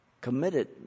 committed